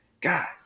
guys